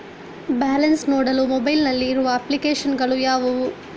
Balance ನೋಡಲು mobile ನಲ್ಲಿ ಇರುವ ಅಪ್ಲಿಕೇಶನ್ ಗಳು ಯಾವುವು?